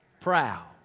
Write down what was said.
Proud